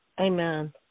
Amen